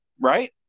right